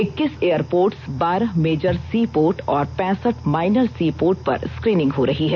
इक्कीस एयरपोर्ट्स बारह major sea port और पेंसठ माइनर सी पोर्ट पर स्क्रीनिंग हो रही है